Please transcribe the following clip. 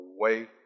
away